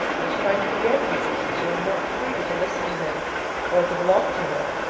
and is trying to forget you, since you are not free to listen to him or to belong to him.